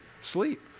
sleep